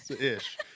ish